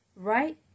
right